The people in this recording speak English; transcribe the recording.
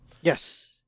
Yes